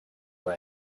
our